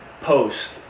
post